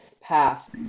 path